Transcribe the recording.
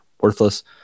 worthless